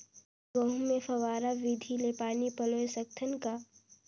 गहूं मे फव्वारा विधि ले पानी पलोय सकत हन का?